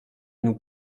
nous